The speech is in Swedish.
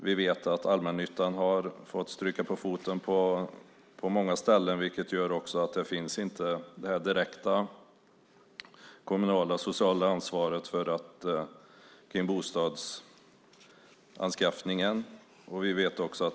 Vi vet att allmännyttan har fått stryka på foten på många ställen, vilket också gör att det direkta, kommunala, sociala ansvaret för bostadsanskaffningen inte finns.